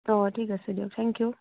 অ' ঠিক আছে দিয়ক থেংক ইউ